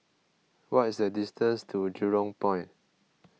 what is the distance to Jurong Point